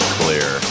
clear